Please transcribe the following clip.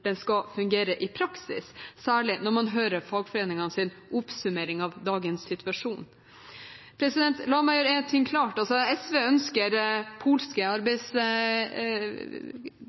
skal fungere i praksis, særlig når man hører fagforeningenes oppsummering av dagens situasjon. La meg gjøre en ting klart: SV ønsker polske